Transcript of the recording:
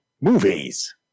movies